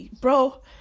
bro